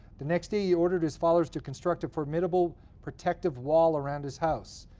the next day, he ordered his followers to construct a formidable protective wall around his house.